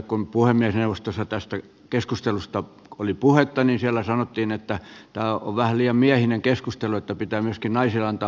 kun puhemiesneuvostossa tästä keskustelusta oli puhetta niin siellä sanottiin että tämä on vähän liian miehinen keskustelu että pitää myöskin naisille antaa puheenvuoroja